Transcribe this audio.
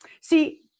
See